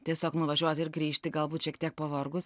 tiesiog nuvažiuoti ir grįžti galbūt šiek tiek pavargus